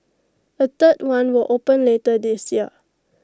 A third one will open later this year